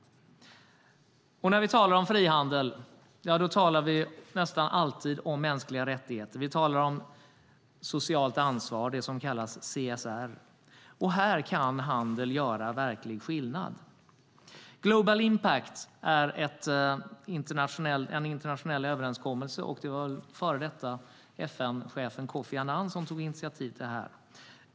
När vi talar om frihandel talar vi nästan alltid om mänskliga fri och rättigheter, och vi talar om socialt ansvar, det som kallas CSR. Här kan handel göra verklig skillnad. Global Compact är en internationell överenskommelse som den förre FN-chefen Kofi Annan tog initiativet till.